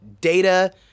data